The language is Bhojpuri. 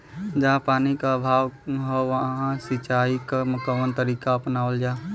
जहाँ पानी क अभाव ह वहां सिंचाई क कवन तरीका अपनावल जा?